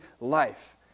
life